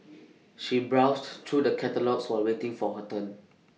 she browsed through the catalogues while waiting for her turn